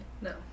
No